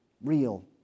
Real